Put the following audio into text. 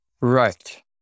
Right